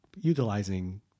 utilizing